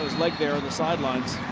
leg there on the sidelines.